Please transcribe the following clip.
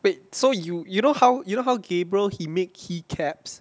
wait so you you know how you know how gabriel he made key caps